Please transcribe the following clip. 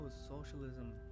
socialism